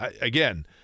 again